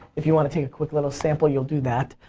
if you want to take a quick little sample, you'll do that.